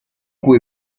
cui